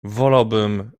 wolałabym